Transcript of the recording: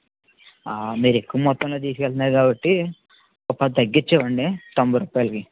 మీరు ఎక్కువ మొత్తంగా తీసుకు వెళుతున్నారు కాబట్టి ఒక పది తగ్గించి ఇవ్వండి తొంభై రూపాయలకి